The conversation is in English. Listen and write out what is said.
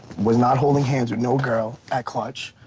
was not holding hands with no girl at clutch,